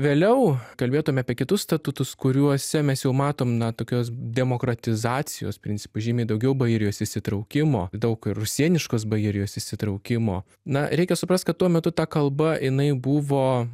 vėliau kalbėtume apie kitus statutus kuriuose mes jau matom na tokios demokratizacijos principus žymiai daugiau bajorijos įsitraukimo daug rusėniškos bajorijos įsitraukimo na reikia suprast kad tuo metu ta kalba jinai buvo